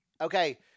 okay